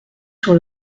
sur